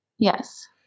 Yes